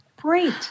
Great